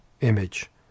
image